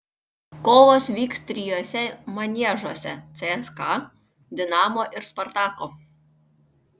kovos vyks trijuose maniežuose cska dinamo ir spartako